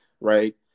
right